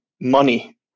money